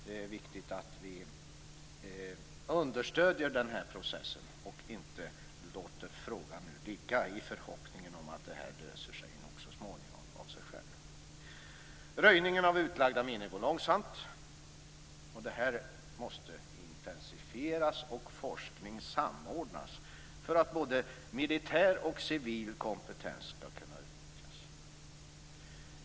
Det är viktigt att vi understöder processen och inte låter frågan ligga i förhoppningen om att den så småningom löser sig av sig själv. Röjningen av utlagda minor går långsamt. Arbetet måste intensifieras och forskning samordnas för att både militär och civil kompetens skall kunna utnyttjas.